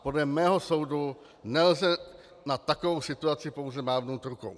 Podle mého soudu nelze nad takovou situací pouze mávnout rukou.